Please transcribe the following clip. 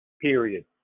period